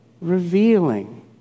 revealing